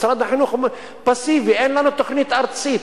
משרד החינוך פסיבי, אומר: אין לנו תוכנית ארצית.